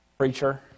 Preacher